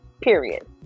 period